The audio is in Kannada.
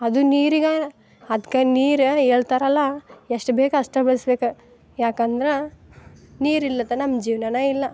ಅದು ನೀರಿಗೇನ ಅದಕ್ಕೆ ನೀರು ಹೇಳ್ತರಲ್ಲ ಎಷ್ಟು ಬೇಕು ಅಷ್ಟು ಬಳಸ್ಬೇಕು ಯಾಕಂದ್ರೆ ನೀರಿಲ್ಲದ ನಮ್ಮ ಜೀವನನೇ ಇಲ್ಲ